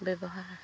ব্যৱহাৰ